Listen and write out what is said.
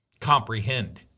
comprehend